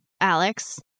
Alex